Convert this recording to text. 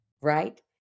right